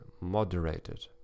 moderated